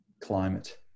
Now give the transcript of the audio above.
climate